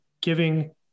giving